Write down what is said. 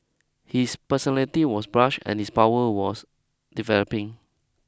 his personality was brash and his powers was developing